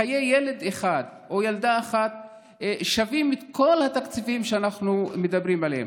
חיי ילד אחד או ילדה אחת שווים את כל התקציבים שאנחנו מדברים עליהם.